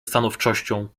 stanowczością